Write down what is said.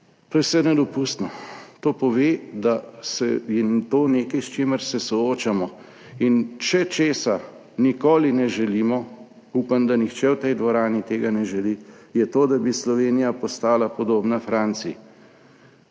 To je vse nedopustno. To pove, da je to nekaj, s čimer se soočamo. In če česa nikoli ne želimo, upam, da nihče v tej dvorani tega ne želi, je to, da bi Slovenija postala podobna Franciji,